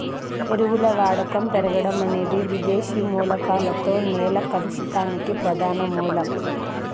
ఎరువుల వాడకం పెరగడం అనేది విదేశీ మూలకాలతో నేల కలుషితానికి ప్రధాన మూలం